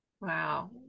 Wow